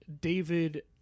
David